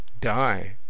Die